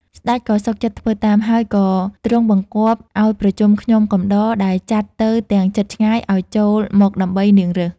ស្តេចក៏សុខចិត្តធ្វើតាម ហើយក៏ទ្រង់បង្គាប់ឲ្យប្រជុំខ្ញុំ កំដរ ដែលចាត់ទៅទាំងជិតឆ្ងាយ ឲ្យចូលមកដើម្បីនាងរើស ។